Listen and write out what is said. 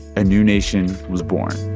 a new nation was born